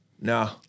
No